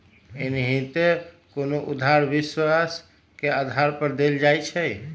एनाहिते कोनो उधार विश्वास के आधार पर देल जाइ छइ